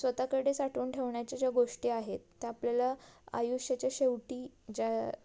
स्वतःकडे साठवून ठेवण्याच्या ज्या गोष्टी आहेत त्या आपल्याला आयुष्याच्या शेवटी ज्या